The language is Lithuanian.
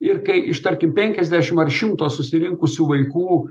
ir kai iš tarkim penkiasdešimt ar šimto susirinkusių vaikų